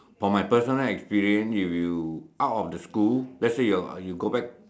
from my personal experience if you out of the school let's say you you go back